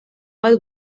bat